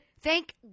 thank